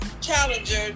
challenger